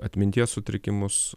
atminties sutrikimus